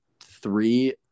three